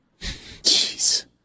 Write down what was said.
Jeez